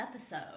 episode